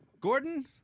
Gordon